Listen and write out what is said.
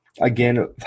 again